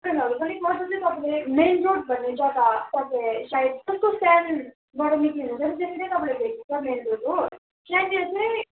दोकानहरू पनि पस्दा चाहिँ तपाईँले मेन रोड भन्ने जग्गा तपाईँ सायद जस्तो स्ट्यान्डबाट निक्लिनु हुन्छ नी त्यस्तै तपाईँले भेट्नु हुन्छ मेन रोड हो त्यहाँनिर चाहिँ